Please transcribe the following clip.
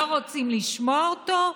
לא רוצים לשמוע אותו?